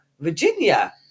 Virginia